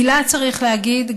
מילה צריך להגיד,